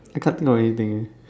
I can't think of anything eh